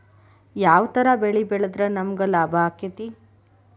ಯಾವ ತರ ಬೆಳಿ ಬೆಳೆದ್ರ ನಮ್ಗ ಲಾಭ ಆಕ್ಕೆತಿ?